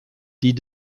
die